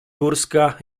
górska